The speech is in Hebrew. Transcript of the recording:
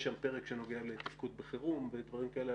יש שם פרק שנוגע לתפקוד בחירום ודברים כאלה,